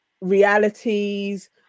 realities